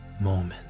moment